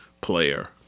player